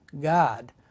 God